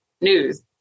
news